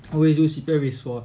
I always use C_P_F is for